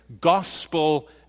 gospel